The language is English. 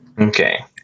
Okay